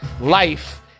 life